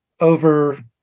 over